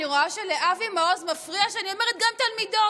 אני רואה שלאבי מעוז מפריע שאני אומרת גם תלמידות.